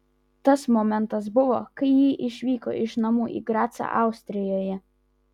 tas momentas buvo kai ji išvyko iš namų į gracą austrijoje